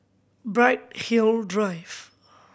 Bright Hill Drive